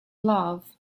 love